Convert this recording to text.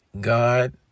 God